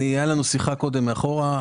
הייתה לנו שיחה קודם מאחורה,